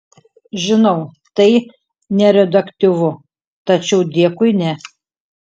žinau tai neradioaktyvu tačiau dėkui ne